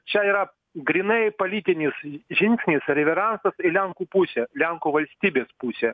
čia yra grynai politinis žingsnis ar reveransas lenkų pusę lenkų valstybės pusę